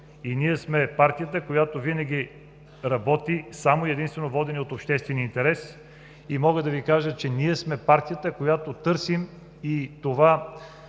Ние сме партията, която винаги работи само и единствено водени от обществения интерес. Мога да Ви кажа, че ние сме партията, която търси и това